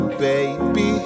baby